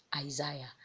Isaiah